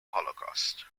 holocaust